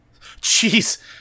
Jeez